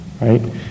right